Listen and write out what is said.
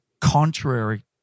contrary